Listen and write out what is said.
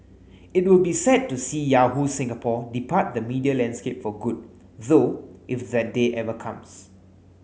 it will be sad to see Yahoo Singapore depart the media landscape for good though if that day ever comes